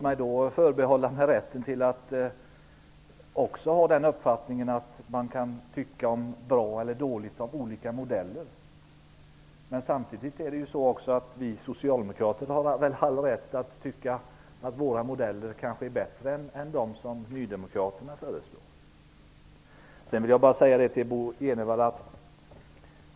Man kan tycka bra eller dåligt om olika modeller. Vi socialdemokrater har väl all rätt att tycka att våra modeller är bättre än de som nydemokraterna föreslår.